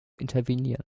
intervenieren